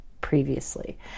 previously